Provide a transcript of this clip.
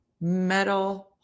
metal